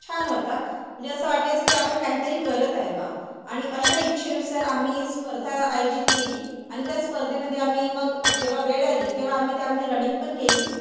छान होता म्हणजे असं वाटायचं की आपण काहीतरी करत आहे बा आणि अशा इच्छेनुसार आम्ही स्पर्धा आयोजित केली आणि त्या स्पर्धेमध्ये आम्ही मग जेव्हा वेळ आली तेव्हा आम्ही त्यामध्ये रनिंग पण केली